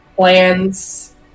plans